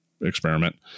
experiment